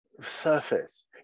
surface